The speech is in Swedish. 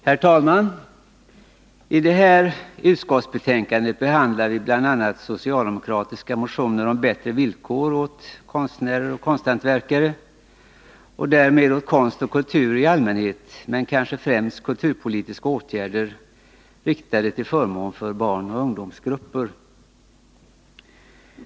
Herr talman! I det här utskottsbetänkandet behandlar vi bl.a. socialdemokratiska motioner om bättre villkor åt konstnärer och konsthantverkare och därmed åt konst och kultur i allmänhet, men kanske främst kulturpolitiska åtgärder riktade till förmån för barnoch ungdomsgrupper.